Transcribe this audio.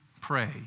pray